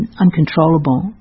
uncontrollable